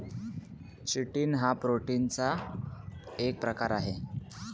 chitin हा प्रोटीनचा एक प्रकार आहे